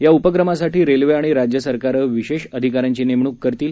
या उपक्रमासाठी रेल्वे आणि राज्य सरकारं विशेष अधिकाऱ्यांची नेमणूक करतील